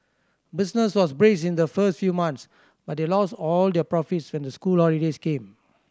business was brisk in the first few months but they lost all their profits when the school holidays came